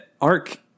arc